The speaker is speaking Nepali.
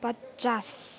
पचास